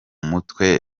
mutwe